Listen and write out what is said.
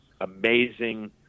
amazing –